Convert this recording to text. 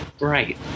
right